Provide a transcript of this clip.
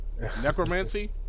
Necromancy